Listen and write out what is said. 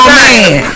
man